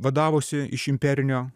vadavosi iš imperinio